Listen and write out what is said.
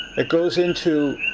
it goes into